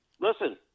listen